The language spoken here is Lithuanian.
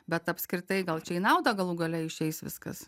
bet apskritai gal čia į naudą galų gale išeis viskas